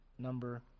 Number